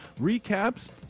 recaps